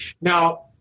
Now